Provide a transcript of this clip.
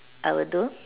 I will do